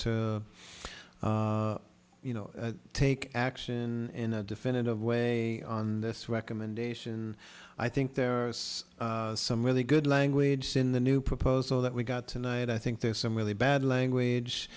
to you know take action in a definitive way on this recommendation i think there are some really good language in the new proposal that we got tonight i think there's some really bad language